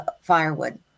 firewood